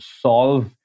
solve